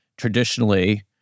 Traditionally